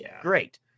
Great